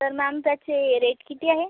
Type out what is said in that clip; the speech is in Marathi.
तर मॅम त्याचे रेट किती आहे